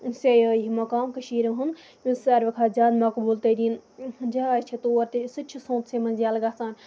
سِیٲحی مقام کٔشیٖرِ ہُند یُس ساروی کھۄتہٕ زیادٕ مَقبوٗل تٔریٖن جاے چھےٚ تور تہِ سُہ تہِ چھُ سوٚنتسٕے منٛز ییٚلہٕ گژھان